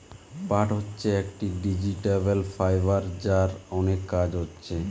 পাট হচ্ছে একটি ভেজিটেবল ফাইবার যার অনেক কাজ হচ্ছে